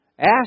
Ask